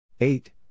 Eight